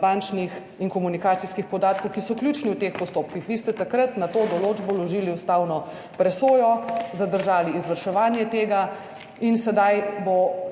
bančnih in komunikacijskih podatkov, ki so ključni v teh postopkih. Vi ste takrat na to določbo vložili ustavno presojo, zadržali izvrševanje tega in sedaj bo imel